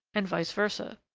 and vice versa.